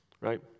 right